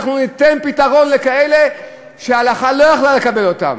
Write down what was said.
אנחנו ניתן פתרון לכאלה שההלכה לא יכולה לקבל אותם.